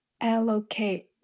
allocate